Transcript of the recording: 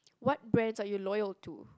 what brands are you loyal to